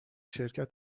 شرکت